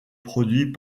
produit